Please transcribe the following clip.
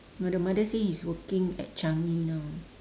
no the mother say he's working at changi now